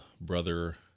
brother